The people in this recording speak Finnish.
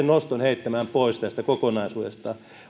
noston heittämään pois tästä kokonaisuudesta